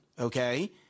Okay